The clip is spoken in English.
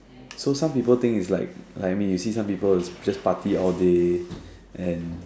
so some people think it's like I mean some people is just party all day and